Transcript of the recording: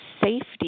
safety